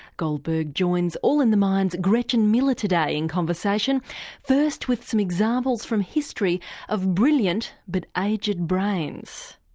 goldberg joins all in the mind's gretchen miller today in conversation first with some examples from history of brilliant but aged brains.